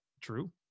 true